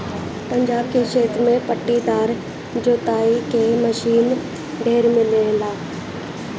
पंजाब के क्षेत्र में पट्टीदार जोताई क मशीन ढेर मिलेला